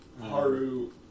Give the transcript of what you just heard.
Haru